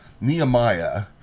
Nehemiah